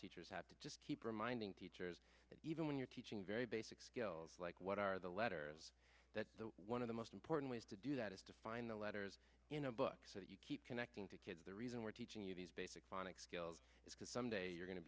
teachers have to just keep reminding teachers that even when you're teaching very basic skills like what are the letters that one of the most important ways to do that is to find the letters in a book so that you keep connecting to kids the reason we're teaching you these basic phonics skills is because someday you're going to